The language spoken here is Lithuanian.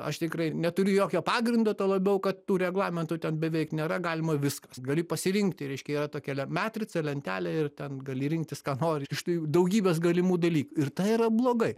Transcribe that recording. aš tikrai neturiu jokio pagrindo tuo labiau kad tų reglamentų ten beveik nėra galima viskas gali pasirinkti reiškia yra tokia lia matrica lentelė ir ten gali rinktis ką nori iš tų daugybės galimų dalyk ir tai yra blogai